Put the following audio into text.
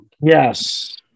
Yes